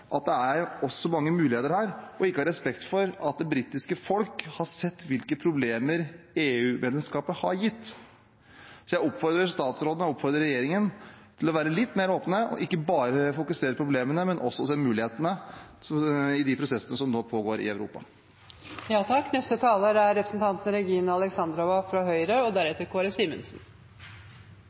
at det også er mange muligheter her, og ikke har respekt for at det britiske folk har sett hvilke problemer EU-medlemskapet har gitt. Så jeg oppfordrer statsråden, jeg oppfordrer regjeringen til å være litt mer åpne og ikke bare fokusere på problemene, men også se mulighetene i de prosessene som nå pågår i Europa. Nordområdene og Arktis er vist større oppmerksomhet av EU, og